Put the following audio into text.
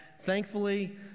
Thankfully